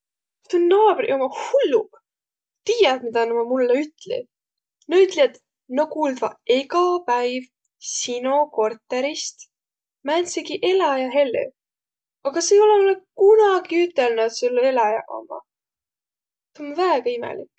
Su naabriq ommaq hulluq. Tiiät, midä na mullõ ütliq? Na ütliq mullõ, et na kuuldvaq ega päiv sino kortõrist määntsegi eläjä hellü, aga sa ei olõq mullõ kunagi ütelnüq, et sul eläjäq ommaq. Väega imelik.